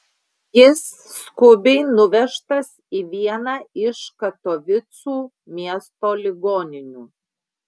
jis skubiai nuvežtas į vieną iš katovicų miesto ligoninių